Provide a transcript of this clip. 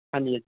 ਹਾਂਜੀ